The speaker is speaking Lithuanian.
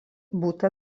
būta